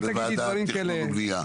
אל תגידי דברים כאלה.